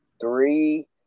three